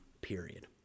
period